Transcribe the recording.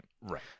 Right